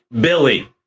Billy